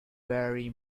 very